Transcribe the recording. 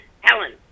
Helen